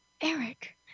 Eric